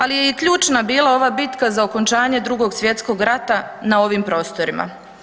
Ali je i ključna bila ova bitka za okončanje II. svj. rata na ovim prostorima.